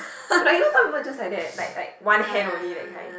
like you know some people just like that like like one hand only that kind